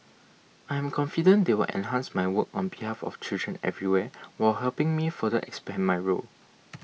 I am confident they will enhance my work on behalf of children everywhere while helping me further expand my role